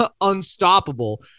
unstoppable